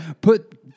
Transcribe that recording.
put